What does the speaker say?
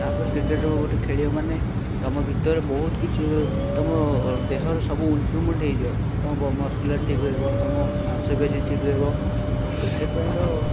ତା'ପରେ କ୍ରିକେଟର ଗୋଟେ ଖେଳିବ ମାନେ ତୁମ ଭିତରେ ବହୁତ କିଛି ତୁମ ଦେହର ସବୁ ଇମ୍ପ୍ରୁଭମେଣ୍ଟ ହେଇଯିବ ତୁମ ବ ମସ୍କୁଲାର୍ ଠିକ ରହିବ ତୁମ ମାଂସପେଶୀ ଠିକ ରହିବ ଆଉ କ୍ରିକେଟ୍ ପାଇଁ ତ